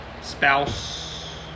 spouse